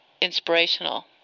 inspirational